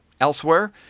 elsewhere